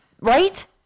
Right